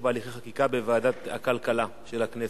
בהליכי חקיקה בוועדת הכלכלה של הכנסת.